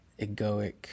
egoic